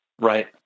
Right